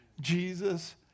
Jesus